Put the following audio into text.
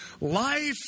life